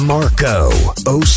Marco